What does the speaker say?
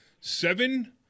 seven